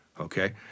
Okay